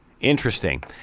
Interesting